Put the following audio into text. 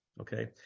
okay